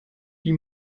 die